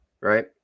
right